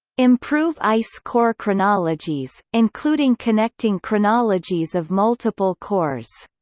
improve ice core chronologies, including connecting chronologies of multiple cores.